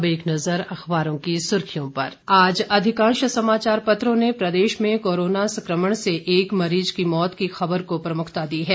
अब एक नजर अखबारों की सुर्खियों पर आज अधिकांश समाचार पत्रों ने प्रदेश में कोरोना संक्रमण से एक मरीज की मौत की खबर को प्रमुखता दी है